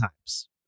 times